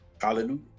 hallelujah